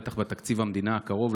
בטח בתקציב המדינה הקרוב,